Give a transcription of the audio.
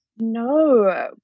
No